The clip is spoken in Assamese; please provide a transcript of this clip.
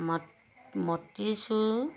মটিচূৰ